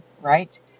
right